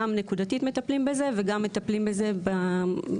גם נקודתית מטפלים בזה וגם מטפלים בזה מערכתית.